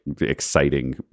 exciting